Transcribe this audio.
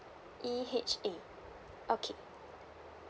E H A okay